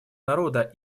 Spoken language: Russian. народа